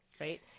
right